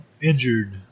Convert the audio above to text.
injured